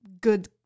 good